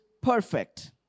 perfect